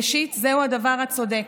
ראשית, זה הדבר הצודק.